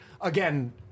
Again